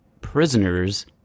prisoners